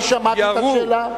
אני שמעתי את השאלה,